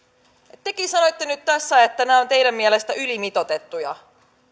tekin sanoitte nyt tässä että nämä ovat teidän mielestänne ylimitoitettuja